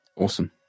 Awesome